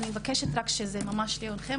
אני רק מבקשת שזה יהיה ממש לעיונכם.